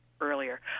earlier